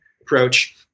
approach